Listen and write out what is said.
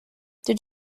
did